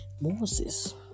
Moses